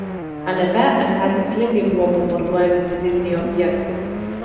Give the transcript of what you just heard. alepe esą tikslingai buvo bombarduojami civiliniai objektai